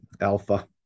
alpha